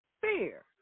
fear